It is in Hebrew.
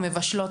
מבשלות,